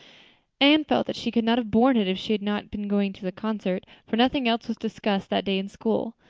anne felt that she could not have borne it if she had not been going to the concert, for nothing else was discussed that day in school.